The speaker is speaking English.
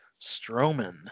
Strowman